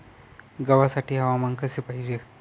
गव्हासाठी हवामान कसे पाहिजे?